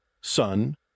Son